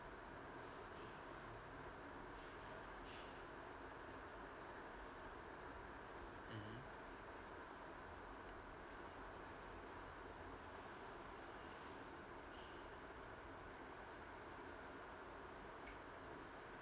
mmhmm